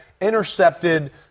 Intercepted